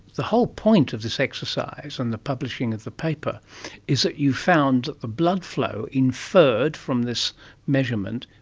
the whole point of this exercise and the publishing of the paper is that you found the blood flow, inferred from this measurement,